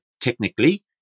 technically